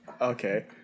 Okay